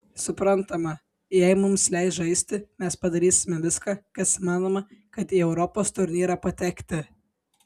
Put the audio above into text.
suprantama jei mums leis žaisti mes padarysime viską kas įmanoma kad į europos turnyrą patekti